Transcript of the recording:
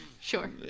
Sure